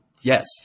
yes